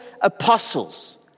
apostles